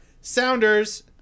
Sounders